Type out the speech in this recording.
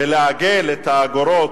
ולעגל את האגורות,